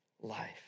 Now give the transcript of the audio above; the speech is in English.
life